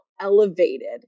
elevated